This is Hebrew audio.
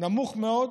נמוך מאוד.